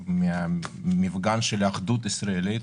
מהמפגן של האחדות הישראלית.